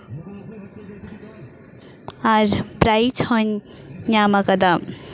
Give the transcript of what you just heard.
ᱟᱨ prize ᱦᱚᱹᱧ ᱧᱟᱢᱟᱠᱟᱫᱟ